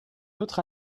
autre